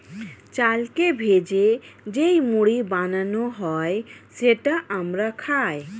চালকে ভেজে যেই মুড়ি বানানো হয় সেটা আমরা খাই